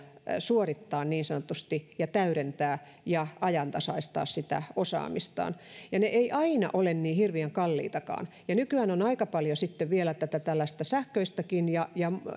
suorittaa niin sanotusti ja täydentää ja ajantasaistaa sitä osaamistaan ne eivät aina ole niin hirveän kalliitakaan nykyään on aika paljon sitten vielä tätä tällaista sähköistäkin ja ja